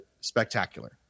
Spectacular